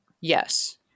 Yes